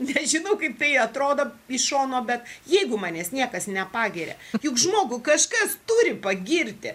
nežinau kaip tai atrodo iš šono bet jeigu manęs niekas nepagiria juk žmogų kažkas turi pagirti